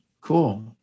cool